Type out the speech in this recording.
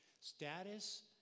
Status